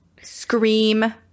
Scream